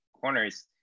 corners